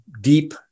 deep